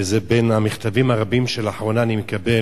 וזה בין המכתבים הרבים שלאחרונה אני מקבל